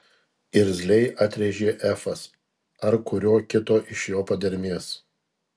irzliai atrėžė efas ar kurio kito iš jo padermės